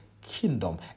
kingdom